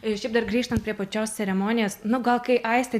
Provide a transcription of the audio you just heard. ir šiaip dar grįžtant prie pačios ceremonijos nu gal kai aistė